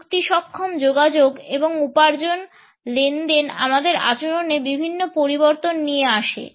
প্রযুক্তি সক্ষম যোগাযোগ এবং উপার্জন লেনদেন আমাদের আচরণে বিভিন্ন পরিবর্তন নিয়ে আসে